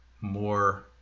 More